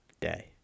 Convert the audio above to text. day